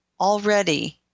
already